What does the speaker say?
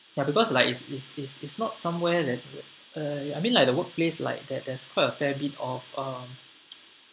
ya because like it's it's it's it's not somewhere that uh ya I mean like the workplace like that there's quite a fair bit of um